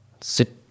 sit